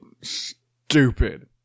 stupid